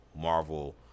Marvel